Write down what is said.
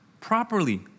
properly